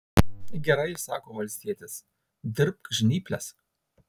gerai sako valstietis dirbk žnyples